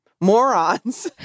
morons